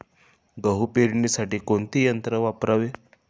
गहू पेरणीसाठी कोणते यंत्र वापरावे?